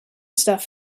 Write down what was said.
stuff